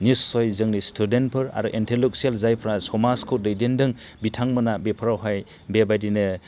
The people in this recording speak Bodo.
निस्सय जोंनि स्टुडेनफोर आरो इन्टिलेकसुयेल जायफ्रा समाजखौ दैदेनदों बिथांमोना बेफोरावहाय बेबायदिनो